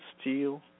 steel